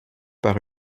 par